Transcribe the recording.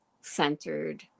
centered